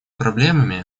проблемами